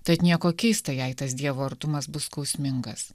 tad nieko keista jei tas dievo artumas bus skausmingas